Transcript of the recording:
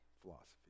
philosophy